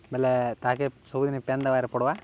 ବେଲେ ତାହାକେ ସବୁଦିନେ ପାଏନ୍ ଦେବାର୍କେ ପଡ଼୍ବା